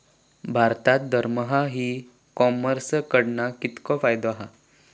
भारतात दरमहा e commerce कडणा कितको फायदो होता?